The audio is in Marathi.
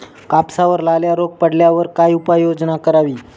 कापसावर लाल्या रोग पडल्यावर काय उपाययोजना करावी?